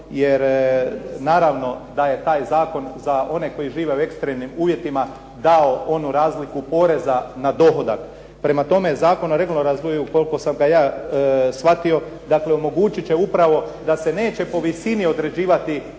jer naravno da je taj zakon za one koji žive u ekstremnim uvjetima dao onu razliku poreza na dohodak. Prema tome, Zakon o regionalnom razvoju koliko sam ga ja shvatio, dakle omogućit će upravo da se neće po visini određivati, pa recimo